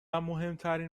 مهمترین